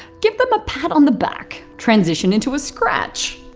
give them a pat on the back. transition into a scratch.